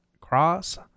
cross